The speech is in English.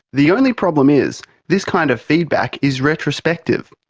the only problem is, this kind of feedback is retrospective.